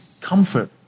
comfort